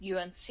UNC